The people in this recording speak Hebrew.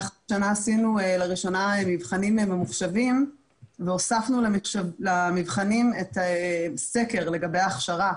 השנה עשינו לראשונה מבחנים ממוחשבים והוספנו למבחנים סקר לגבי ההכשרה,